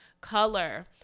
color